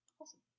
Awesome